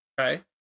okay